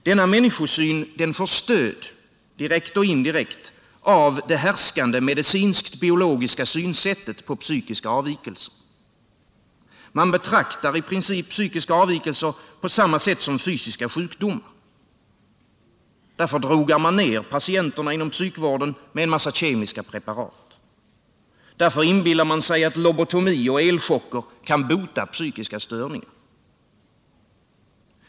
Denna människosyn får stöd direkt och indirekt av det härskande, medicinskt biologiska synsättet på psvkiska avvikelser. Man betraktar i princip psykiska avvikelser på samma sätt som fysiska sjukdomar. Därför drogar man ner patienterna inom psykvården med kemiska preparat. Därför inbillar man sig att Ilobotomi och elchocker kan bota psykiska störningar.